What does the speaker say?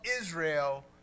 Israel